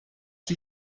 die